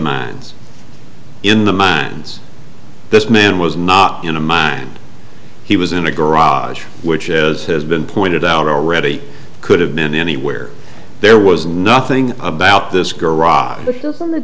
mines in the mines this man was not in a mine he was in a garage which as has been pointed out already could have been anywhere there was nothing about this garage on th